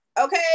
okay